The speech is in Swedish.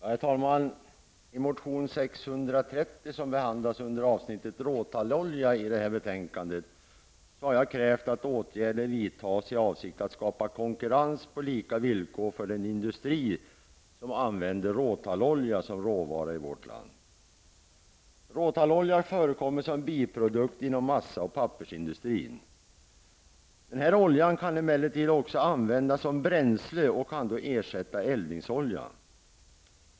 Herr talman! I motion 630, som behandlas under avsnittet råtallolja i betänkandet, har jag krävt att åtgärder skall vidtas i avsikt att skapa konkurrens på lika villkor för den industri som använder råtallolja som råvara i vårt land. Råtallolja förekommer som biprodukt inom massaoch pappersindustrin. Oljan kan emellertid också användas som bränsle och kan då ersätta eldningsoljan.